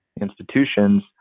institutions